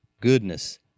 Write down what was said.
goodness